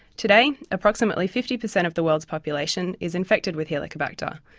today approximately fifty percent of the world's population is infected with helicobacter,